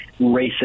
racist